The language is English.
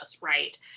right